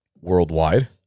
worldwide